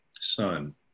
son